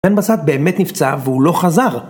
בן בשט באמת נפצע והוא לא חזר